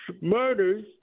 murders